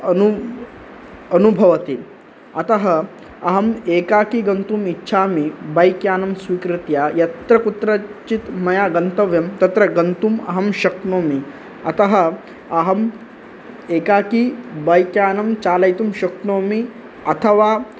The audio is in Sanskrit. अनु अनुभवति अतः अहम् एकाकी गन्तुम् इच्छामि बैक्यानं स्वीकृत्य यत्र कुत्रचित् मया गन्तव्यं तत्र गन्तुम् अहं शक्नोमि अतः अहम् एकाकी बैक्यानं चालयितुं शक्नोमि अथवा